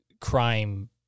crime